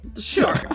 Sure